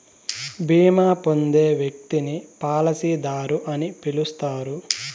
బీమా పొందే వ్యక్తిని పాలసీదారు అని పిలుస్తారు